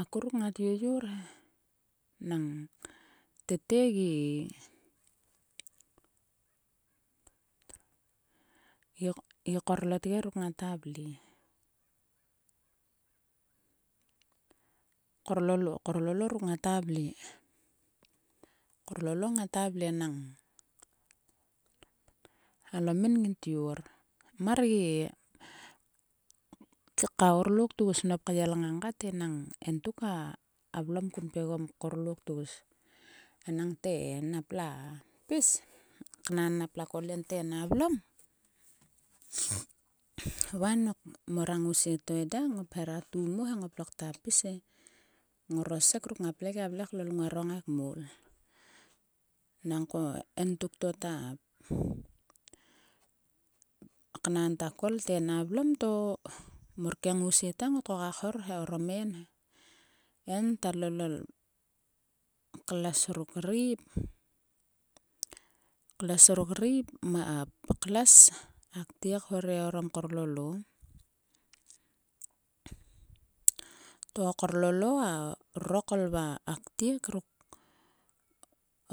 A kuruk ngat yoyor he. Nang tete egi. gi korloge ruk ngata vle korlolo korlolo ruk ngata vle. Korlolo ngata vle nang alomin. min tyor. Mar gi. korlok tgus nop kyel ngang kat e. Nang entuk a vlom kun pgegom korlok tgus. Enangte napla pis. Knan napla kol en te a vlam. Va nok mor a ngousie to eda ngop hera tu mo he ngop lokta pis e. Ngorosek ruk ngaple gia vle kol nguaro ngaikmol. Nangko entuk to ta. knan ta kol te en a vlom to mor ke ngousie ta ngot koka khor he orom en he. En ta lolol kles ruk riek. Kles ruk riep kles. Aktiek hore oram korlolo. To korlolo rurokol va aktiek ruk